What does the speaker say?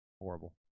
Horrible